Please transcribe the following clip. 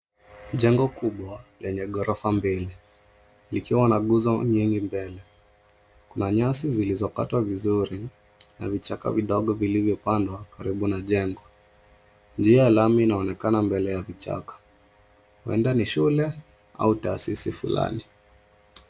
Jengo kubwa lenye ghorofa mbili. Likiwa na nguzo nyingi mbele. Kuna nyasi zilizokatwa vizuri na vichaka vidogo vilivyopandwa karibu na jengo. Njia ya lami inaonekana mbele ya vichaka. Huenda ni shule au taasisi fulani.